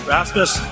Rasmus